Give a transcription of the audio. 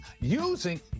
using